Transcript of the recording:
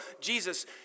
Jesus